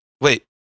Wait